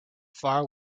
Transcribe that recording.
far